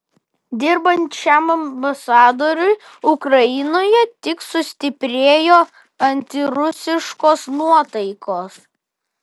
dirbant šiam ambasadoriui ukrainoje tik sustiprėjo antirusiškos nuotaikos